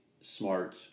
smart